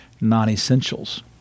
non-essentials